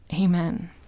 Amen